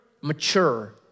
mature